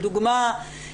לדוגמא,